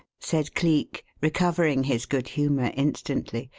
said cleek, recovering his good humour instantly.